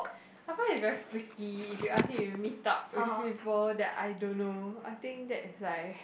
I find it very freaky if you ask me to meet up with people that I don't know I think that is like